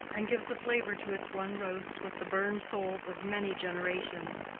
and gives a flavor to its one roast with the burned souls of many generations.